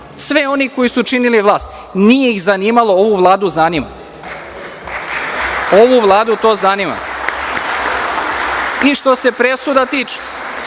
sve one koji su činili vlast, nije ih zanimalo. Ovu Vladu zanima, ovu Vladu to zanima. Što se presuda tiče,